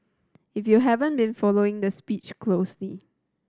if you haven't been following the speech closely